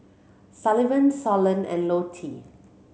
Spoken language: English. Sullivan Solon and Lottie